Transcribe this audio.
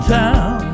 town